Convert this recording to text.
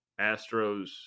Astros